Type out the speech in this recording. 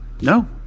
No